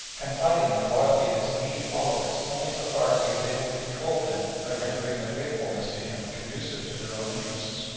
confiding in the loyalty of his immediate followers only so far as he was able to control them by rendering their faithfulness to him conducive to their own interests.